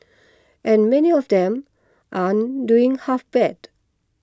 and many of them aren't doing half bad